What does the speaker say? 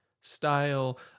style